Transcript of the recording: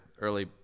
early